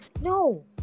No